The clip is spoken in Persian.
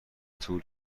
طول